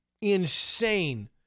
insane